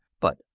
but